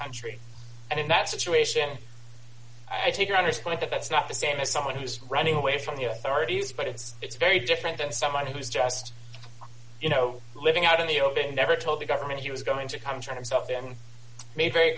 country and in that situation i take it understand that that's not the same as someone who's running away from the authorities but it's it's very different than somebody who's just you know living out in the open never told the government he was going to come try to stop them made very